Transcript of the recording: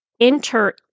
enter